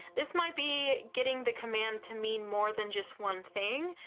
this might be getting the command to mean more than just one thing.